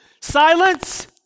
Silence